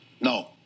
No